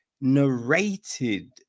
narrated